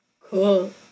Cool